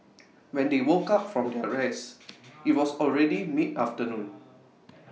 when they woke up from their rest IT was already midafternoon